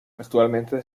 actualmente